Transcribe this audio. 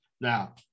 Now